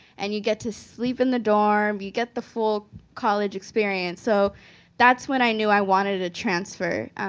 and you get to sleep in the dorm. you get the full college experience. so that's when i knew i wanted to transfer.